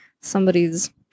somebody's